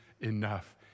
enough